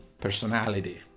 personality